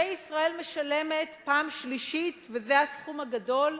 וישראל משלמת פעם שלישית, וזה הסכום הגדול,